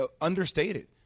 understated